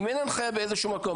אם אין הנחיה באיזשהו מקום,